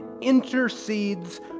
intercedes